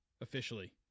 officially